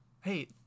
Hey